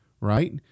right